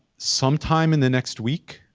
sometime in the next week,